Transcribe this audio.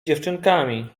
dziewczynkami